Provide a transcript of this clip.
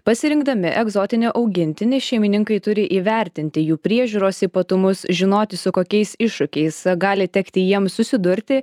pasirinkdami egzotinį augintinį šeimininkai turi įvertinti jų priežiūros ypatumus žinoti su kokiais iššūkiais gali tekti jiems susidurti